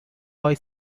boy